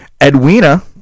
Edwina